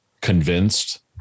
convinced